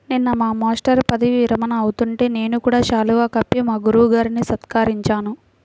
నిన్న మా మేష్టారు పదవీ విరమణ అవుతుంటే నేను కూడా శాలువా కప్పి మా గురువు గారిని సత్కరించాను